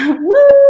woo!